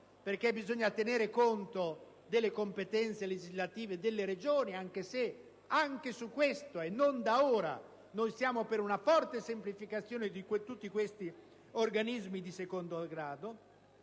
perché bisogna tener conto delle competenze legislative delle Regioni, anche se su questo tema (e non da ora) noi siamo favorevoli ad una forte semplificazione di tutti questi organismi di secondo grado.